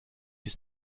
ist